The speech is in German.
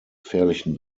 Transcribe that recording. gefährlichen